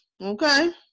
Okay